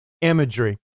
imagery